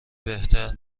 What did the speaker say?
بهتر